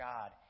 God